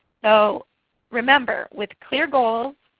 so remember, with clear goals,